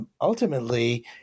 ultimately